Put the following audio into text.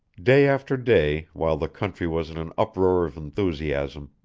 day after day, while the country was in an uproar of enthusiasm,